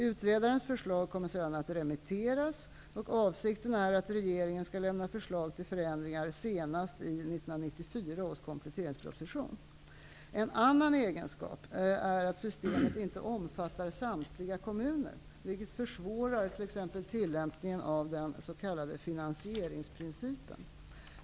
Utredarens förslag kommer sedan att remitteras, och avsikten är att regeringen skall lämna förslag till förändringar senast i 1994 års kompletteringsproposition. En annan egenskap är att systemet inte omfattar samtliga kommuner, vilket försvårar t.ex.